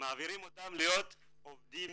מעבירים אותם להיות עובדים